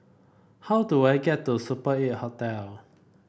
how do I get to Super Eight Hotel